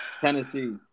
Tennessee